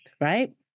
Right